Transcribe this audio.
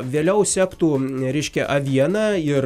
vėliau sektų reiškia aviena ir